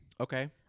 Okay